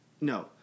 no